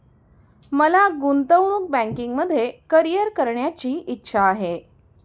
मला गुंतवणूक बँकिंगमध्ये करीअर करण्याची इच्छा आहे